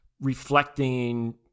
reflecting